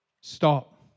stop